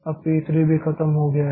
अब पी 3 भी खत्म हो गया है